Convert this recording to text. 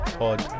pod